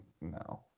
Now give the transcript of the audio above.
No